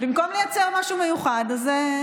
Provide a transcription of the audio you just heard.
במקום לייצר משהו מיוחד, אז,